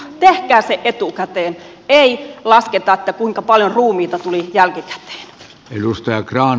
tehkää se etukäteen ei lasketa kuinka paljon ruumiita tuli jälkikäteen